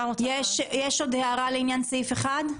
יש עוד הערה לסעיף (1)?